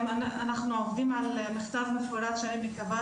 אנחנו עובדים על מכתב מפורט שאני מקווה